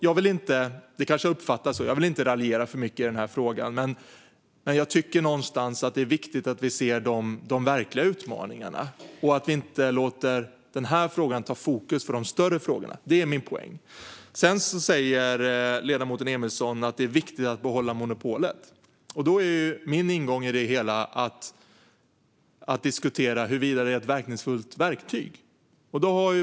Jag vill inte raljera för mycket i denna fråga, även om det kanske uppfattas så. Det är dock viktigt att vi ser de verkliga utmaningarna och att vi inte låter dagens fråga stjäla fokus från de större frågorna. Det är min poäng. Ledamoten Emilsson säger att det är viktigt att behålla monopolet. Min ingång är då att diskutera huruvida det är ett verkningsfullt verktyg.